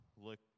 look